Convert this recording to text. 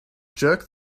jerk